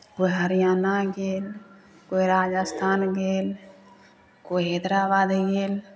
कोइ हरियाणा गेल कोइ राजस्थान गेल कोइ हैदराबाद गेल